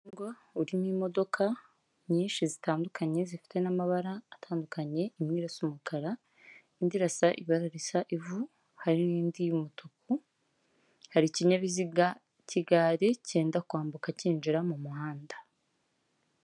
Umuhanda urimo imodoka nyinshi zitandukanye zifite n'amabara atandukanye, imwe irasa umukara, indi irasa ibara risa ivu, hari n'indi y'umutuku, hari ikinyabiziga k'igari kenda kwambuka kinjira mu muhanda.